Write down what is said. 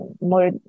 more